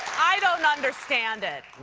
i don't understand it.